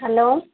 hello